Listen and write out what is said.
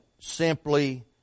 simply